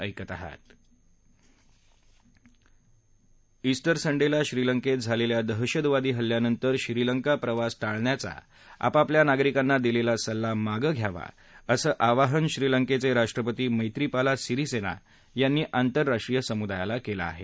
क्टर संडेला श्रीलंकेत झालेल्या दहशतवादी हल्ल्यानंतर श्रीलंका प्रवास टाळण्याचा आपापल्या नागरिकांना दिलेला सल्ला मागं घ्यावा असं आवाहन श्रीलंकेचे राष्ट्रपती मैत्रीपाला सिरिसेना यांनी आंतरराष्ट्रीय समुदायाला केलं आहे